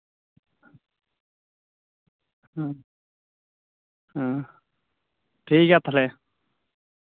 ᱦᱩᱸ ᱦᱩᱸ ᱴᱷᱤᱠᱜᱮᱭᱟ ᱛᱟᱞᱦᱮ